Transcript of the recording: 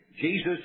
Jesus